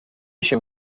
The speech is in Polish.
się